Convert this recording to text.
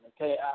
okay